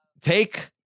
take